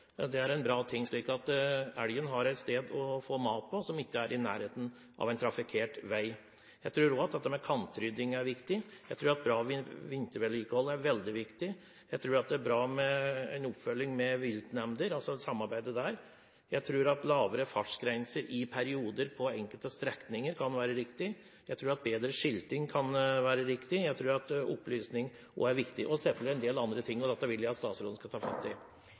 i nærheten av trafikkert vei. Jeg tror også kantrydding er viktig. Jeg tror godt vintervedlikehold er veldig viktig. Jeg tror det er bra med en oppfølging med viltnemnder, altså et samarbeid der. Jeg tror at lavere fartsgrenser i perioder på enkelte strekninger kan være riktig. Jeg tror at bedre skilting kan være riktig. Jeg tror at opplysning òg er viktig, og selvfølgelig også en del andre ting, og dette vil jeg at statsråden skal ta fatt i.